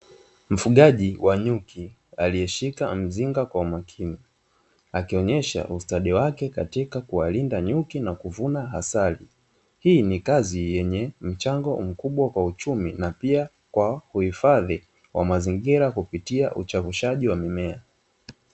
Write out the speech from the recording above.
Mfugaji wa nyuki aliyeshika mzinga kwa makini, akionyesha ustadi wake katika kuwalinda nyuki na kuvuna asali. Hii ni kazi yenye mchango mkubwa kwa uchumi na pia kwa uhifadhi wa mazingira kupitia uchavushaji wa mimea.